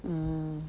mm